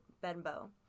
Benbow